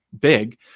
big